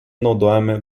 naudojami